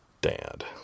dad